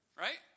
Right